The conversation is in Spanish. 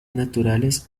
naturales